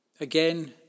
Again